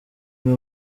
imwe